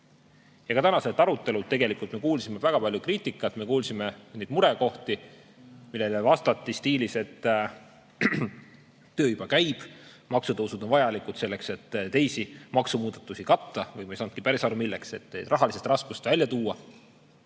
tänasel arutelul me tegelikult kuulsime väga palju kriitikat. Me kuulsime murekohtadest, millele vastati stiilis, et töö juba käib, maksutõusud on vajalikud selleks, et teisi maksumuudatusi katta, või ma ei saanudki päris aru, milleks. [Lihtsalt] et rahalistest raskustest välja tulla.